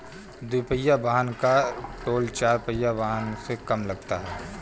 दुपहिया वाहन का टोल चार पहिया वाहन से कम लगता है